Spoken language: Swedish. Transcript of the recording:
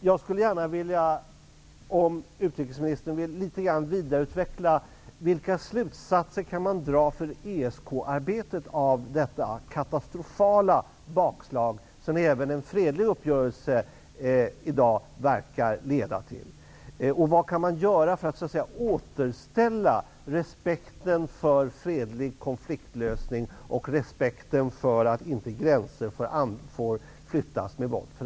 Jag vill gärna att utrikesministern litet grand vidareutvecklar vilka slutsatser man kan dra för ESK-arbetet av detta katastrofala bakslag som även en fredlig uppgörelse i dag förefaller att leda till. Vad kan man göra för att återställa respekten för fredlig konfliktlösning och respekten för att gränser inte får flyttas med våld?